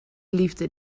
liefde